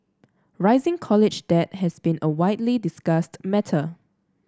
rising college debt has been a widely discussed matter